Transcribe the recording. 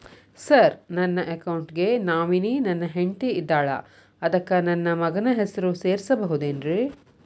Sir ನನ್ನ account ಗೆ nominee ನನ್ನ ಹೆಂಡ್ತಿ ಇದ್ದಾಳ ಅದಕ್ಕ ನನ್ನ ಮಗನ ಹೆಸರು ಸೇರಸಬಹುದೇನ್ರಿ?